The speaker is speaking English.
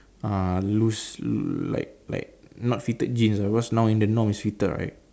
uh loose like like not fitted jeans ah because now in the norm is fitted right